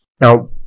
now